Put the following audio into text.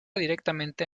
directamente